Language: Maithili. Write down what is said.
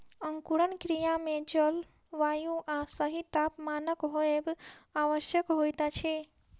अंकुरण क्रिया मे जल, वायु आ सही तापमानक होयब आवश्यक होइत अछि